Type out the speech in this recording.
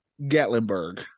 Gatlinburg